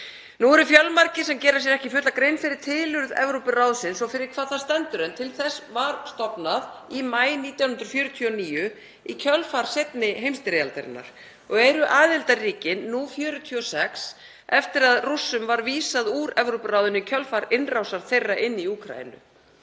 Nú eru fjölmargir sem gera sér ekki fulla grein fyrir tilurð Evrópuráðsins og fyrir hvað það stendur en til þess var stofnað í maí 1949 í kjölfar seinni heimsstyrjaldarinnar og eru aðildarríkin nú 46 eftir að Rússum var vísað úr Evrópuráðinu í kjölfar innrásar þeirra í Úkraínu.